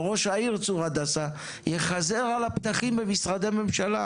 ראש העיר צור הדסה יחזר על הפתחים במשרדי הממשלה